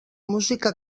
música